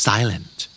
Silent